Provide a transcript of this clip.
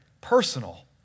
personal